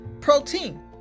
protein